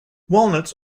walnuts